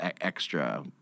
extra